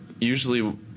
usually